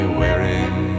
wearing